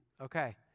okay